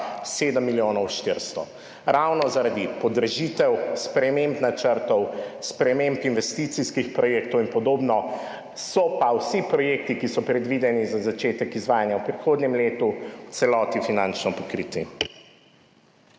7 milijonov 400. Ravno zaradi podražitev, sprememb načrtov, sprememb investicijskih projektov in podobno. So pa vsi projekti, ki so predvideni za začetek izvajanja v prihodnjem letu, v celoti finančno pokriti.